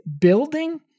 building